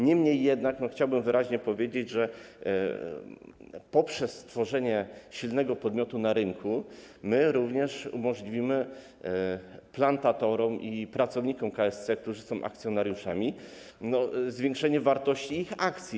Niemniej jednak chciałbym wyraźnie powiedzieć, że poprzez stworzenie silnego podmiotu na rynku również umożliwimy plantatorom i pracownikom KSC, którzy są akcjonariuszami, zwiększenie wartości ich akcji.